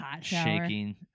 shaking